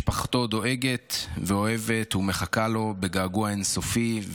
משפחתו דואגת, אוהבת ומחכה לו בגעגוע אין-סופי.